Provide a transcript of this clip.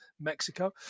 Mexico